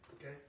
Okay